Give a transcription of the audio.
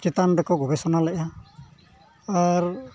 ᱪᱮᱛᱟᱱ ᱨᱮᱠᱚ ᱜᱚᱵᱮᱥᱚᱱᱟ ᱞᱮᱫᱼᱟ ᱟᱨ